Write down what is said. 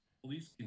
police